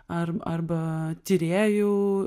ar arba tyrėjų